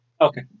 Okay